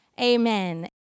amen